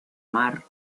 mar